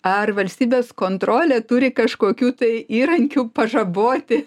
ar valstybės kontrolė turi kažkokių tai įrankių pažaboti